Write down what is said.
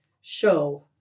show